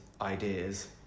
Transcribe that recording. ideas